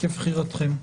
לבחירתכם.